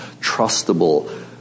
trustable